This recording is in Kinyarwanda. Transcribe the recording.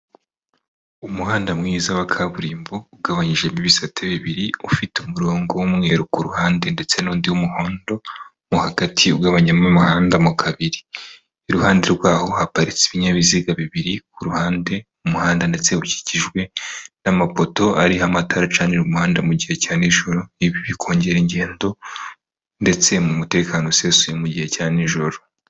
Umuhanda mwiza wa kaburimbo ugabanyijemo ibisate bibiri, ufite umurongo w'umweru ku ruhande ndetse n'undi muhondo mo hagati ugabanyamo umuhanda mo kabiri. Iruhande rwawo haparitse ibinyabiziga bibiri ku ruhande, umuhanda ndetse ukikijwe n'amapoto ariho amatara acanira umuhanda mu gihe cya nijoro, ibi bikongera ingendo ndetse mu mutekano usesuye mu gihe cya nijoro.